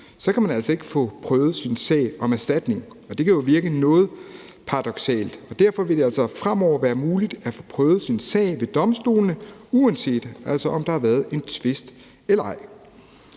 kan man ikke få prøvet en sag om erstatning, og det kan jo virke noget paradoksalt. Derfor vil det altså fremover være muligt at få prøvet sin sag ved domstolene, altså uanset om der har været en tvist eller ej.